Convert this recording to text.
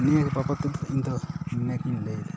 ᱱᱤᱭᱟᱹ ᱵᱟᱵᱚᱛ ᱛᱮᱫᱚ ᱤᱧ ᱫᱚ ᱱᱤᱭᱟᱹ ᱜᱮᱧ ᱞᱟᱹᱭᱟ